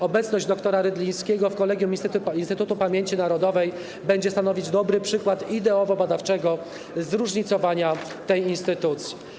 Obecność dr. Rydlińskiego w Kolegium Instytutu Pamięci Narodowej będzie stanowić dobry przykład ideowo-badawczego zróżnicowania tej instytucji.